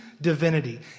divinity